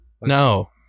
No